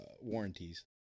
warranties